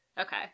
Okay